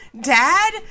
dad